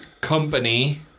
company